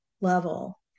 level